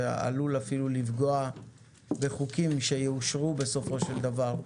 ועלול אפילו לפגוע בחוקים שיאושרו בסופו של דבר.